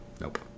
Nope